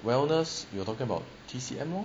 wellness you are talking about T_C_M lor